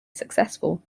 successful